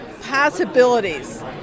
possibilities